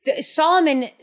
Solomon